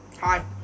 Hi